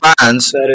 fans